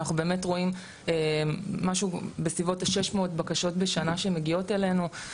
אנחנו באמת רואים משהו בסביבות ה-600 בקשות בשנה שמגיעות אלינו.